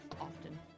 often